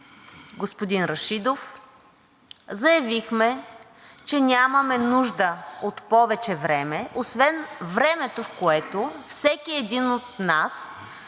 господин Рашидов, заявихме, че нямаме нужда от повече време освен времето, в което всеки един от нас